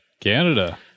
Canada